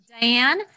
Diane